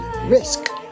risk